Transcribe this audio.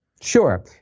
Sure